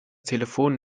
telefon